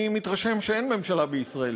אני מתרשם שאין ממשלה בישראל.